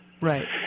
Right